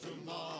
tomorrow